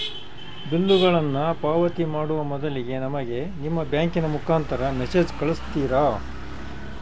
ಬಿಲ್ಲುಗಳನ್ನ ಪಾವತಿ ಮಾಡುವ ಮೊದಲಿಗೆ ನಮಗೆ ನಿಮ್ಮ ಬ್ಯಾಂಕಿನ ಮುಖಾಂತರ ಮೆಸೇಜ್ ಕಳಿಸ್ತಿರಾ?